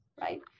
right